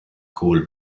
cole